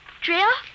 Drill